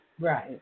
Right